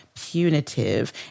punitive